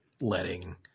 letting